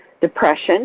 depression